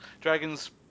Dragons